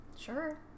sure